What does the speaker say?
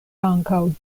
ankaŭ